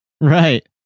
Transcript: Right